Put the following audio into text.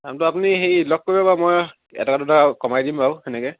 দামটো আপুনি হেৰি লগ কৰিব বাৰু মই এটকা দুটকা কমাই দিম বাকু তেনেকৈ